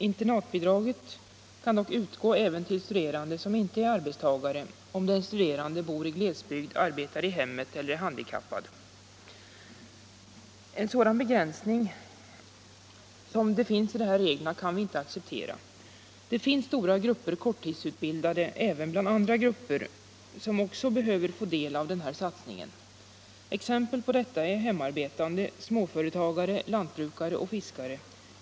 Internatbidrag kan dock utgå även till studerande som inte är arbetstagare om den studerande bor i glesbygd, arbetar i hemmet eller är handikappad. En sådan begränsning i dessa regler kan vi inte acceptera. Det finns många korttidsutbildade även bland andra grupper som också behöver få del av den här satsningen, t.ex. hemarbetande, småföretagare, lant brukare och fiskare.